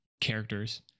characters